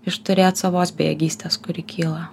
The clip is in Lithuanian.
išturėt savos bejėgystės kuri kyla